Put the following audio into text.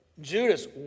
Judas